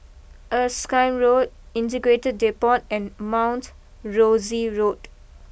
Erskine Road Integrated Depot and Mount Rosie Road